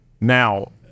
Now